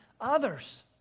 others